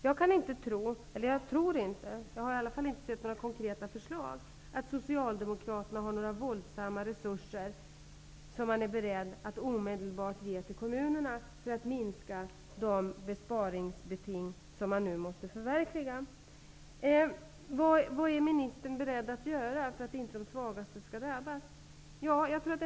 Jag tror inte -- jag har i alla fall inte sett några konkreta förslag -- att Socialdemokraterna har några stora resurser som de är beredda att omedelbart ge till kommunerna för att minska de besparingsbeting som man nu måste förverkliga. Eva Johansson frågar vad jag är beredd att göra för att inte de svagaste skall drabbas.